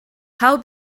how